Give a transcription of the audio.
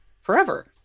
forever